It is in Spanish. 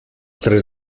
tres